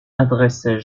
adressait